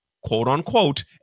quote-unquote